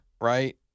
Right